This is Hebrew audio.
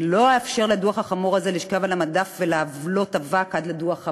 אני לא אאפשר לדוח החמור הזה לשכב על המדף ולהעלות אבק עד לדוח הבא.